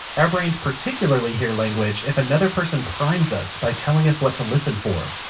our brains particularly hear language if another person primes us by telling us what to listen for.